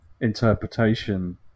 interpretation